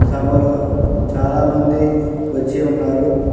సభలో చాలామంది వచ్చి ఉన్నారు